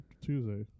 Tuesday